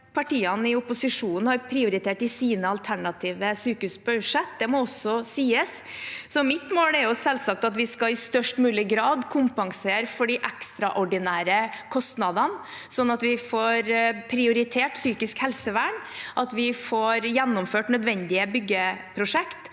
partiene i opposisjon har prioritert i sine alternative sykehusbudsjett – det må også sies. Mitt mål er selvsagt at vi i størst mulig grad skal kompensere for de ekstraordinære kostnadene, slik at vi får prioritert psykisk helsevern og får gjennomført nødvendige byggeprosjekter